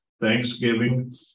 thanksgiving